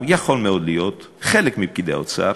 יכול מאוד להיות ששמענו חלק מפקידי האוצר,